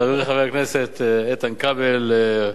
חברי חבר הכנסת איתן כבל,